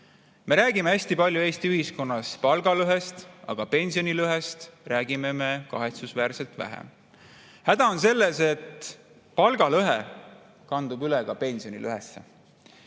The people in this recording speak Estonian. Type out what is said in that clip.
Me räägime hästi palju Eesti ühiskonnas palgalõhest, aga pensionilõhest räägime me kahetsusväärselt vähe. Häda on selles, et palgalõhe kandub üle ka pensionilõhesse.